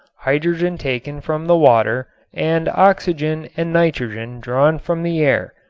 hydrogen taken from the water and oxygen and nitrogen drawn from the air.